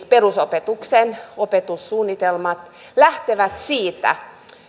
perusopetuksen opetussuunnitelmat lähtevät siitä